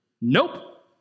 nope